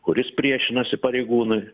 kuris priešinasi pareigūnui